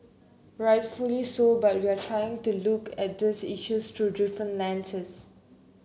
rightfully so but we are trying to look at these issues through different lenses